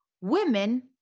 women